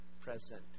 present